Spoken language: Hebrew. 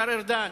השר ארדן.